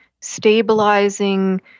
stabilizing